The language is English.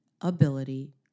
ability